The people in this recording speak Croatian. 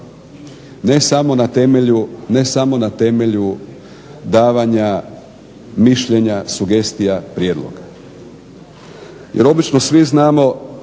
ne samo na temelju davanja mišljenja, sugestija, prijedloga. Jer obično svi znamo,